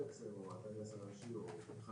מנהל השירות בטיסה או הטייס הראשי או אחד